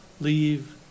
leave